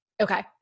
Okay